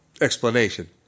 explanation